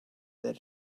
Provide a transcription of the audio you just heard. that